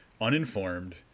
uninformed